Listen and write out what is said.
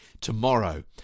Tomorrow